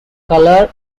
color